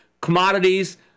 commodities